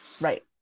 Right